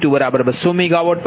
0 p